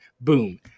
boom